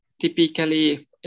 typically